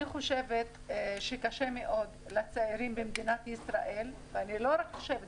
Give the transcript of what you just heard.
אני חושבת שקשה מאוד לצעירים במדינת ישראל ואני לא רק חושבת,